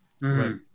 Right